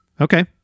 Okay